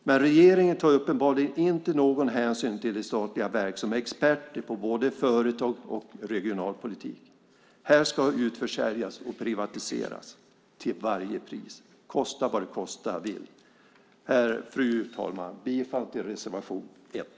Men regeringen tar uppenbarligen inte någon hänsyn till det statliga verk som är expert på både företag och regional politik. Här ska utförsäljas och privatiseras till varje pris, kosta vad det kosta vill! Fru talman! Jag yrkar bifall till reservation 1.